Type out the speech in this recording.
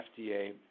FDA